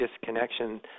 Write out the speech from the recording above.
disconnection